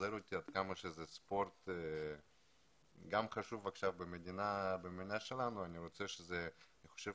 עכשיו זה ספורט חשוב במדינה שלנו ואני חושב